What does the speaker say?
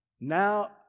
Now